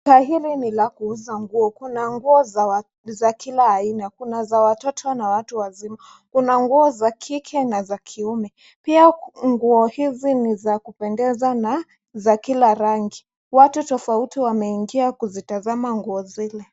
Duka hili ni la kuuza nguo. Kuna nguo za kila aina. Kuna za watoto na za watu wazima. Kuna nguo za kike na kiume. Pia nguo hizi ni za kupendeza na za kila rangi. Watu tofauti wameingia kuzitazama nguo zile.